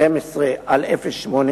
שעלה